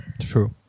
true